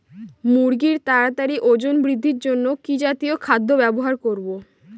মুরগীর তাড়াতাড়ি ওজন বৃদ্ধির জন্য কি জাতীয় খাদ্য ব্যবহার করব?